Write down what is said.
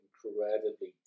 incredibly